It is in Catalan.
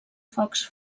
focs